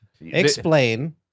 Explain